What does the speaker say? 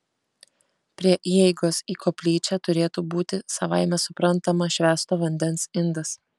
prie įeigos į koplyčią turėtų būti savaime suprantama švęsto vandens indas